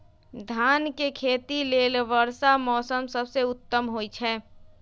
धान के खेती लेल वर्षा मौसम सबसे उत्तम होई छै